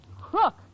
crook